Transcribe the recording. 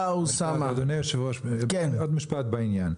אדוני היושב ראש, עוד משפט בעניין.